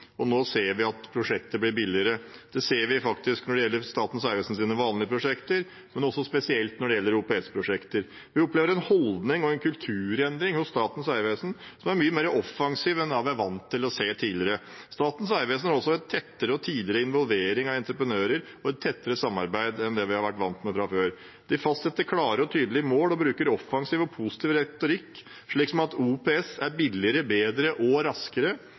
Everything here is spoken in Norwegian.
anslått. Nå ser vi at prosjekter blir billigere. Det ser vi når det gjelder Statens vegvesens vanlige prosjekter, men spesielt når det gjelder OPS-prosjekter. Vi opplever en holdning og en kulturendring hos Statens vegvesen som er mye mer offensiv enn det vi var vant med å se tidligere. Statens vegvesen har også tettere og tidligere involvering av entreprenører og et tettere samarbeid enn det vi har vært vant med fra før. De fastsetter klare og tydelige mål og bruker offensiv og positiv retorikk, som at OPS er billigere, bedre og raskere